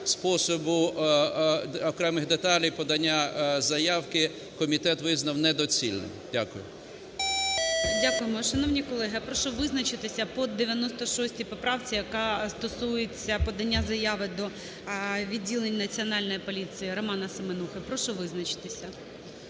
способу окремих деталей подання заявки комітет визнав недоцільним. Дякую. ГОЛОВУЮЧИЙ. Дякуємо. Шановні колеги, я прошу визначитися по 96 поправці, яка стосується подання заяви до відділень Національної поліції, Романа Семенухи. Прошу визначитися.